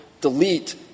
delete